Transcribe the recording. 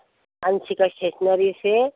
Anshika stationery से